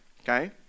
okay